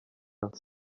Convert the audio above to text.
else